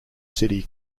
city